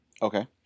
Okay